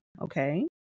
Okay